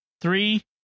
three